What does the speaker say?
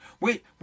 Wait